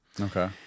Okay